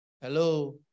Hello